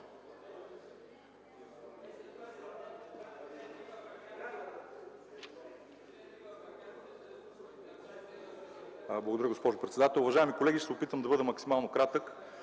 Благодаря, госпожо председател. Уважаеми колеги, ще се опитам да бъда максимално кратък.